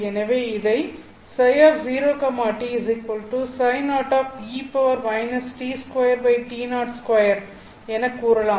எனவே இதை எனக் கூறலாம்